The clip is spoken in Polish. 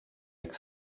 jak